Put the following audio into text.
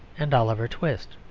and oliver twist.